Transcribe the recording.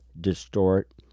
distort